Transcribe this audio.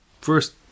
first